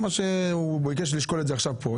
הוא ביקש לשקול את זה עכשיו פה.